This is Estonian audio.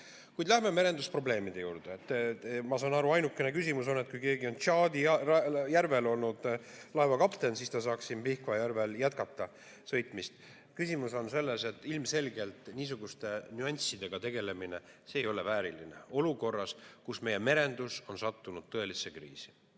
Kuid lähme merendusprobleemide juurde. Ma saan aru, ainukene küsimus on, et kui keegi on Tšaadi järvel olnud laevakapten, siis kuidas ta saaks Pihkva järvel sõitmist jätkata. Küsimus on selles, et ilmselgelt niisuguste nüanssidega tegelemine ei ole [parlamendi] vääriline olukorras, kus meie merendus on sattunud tõelisesse kriisi.